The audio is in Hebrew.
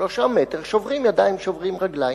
שלושה מטרים, שוברים ידיים, שוברים רגליים.